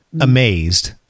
amazed